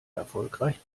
erfolgreich